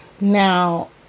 Now